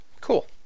Cool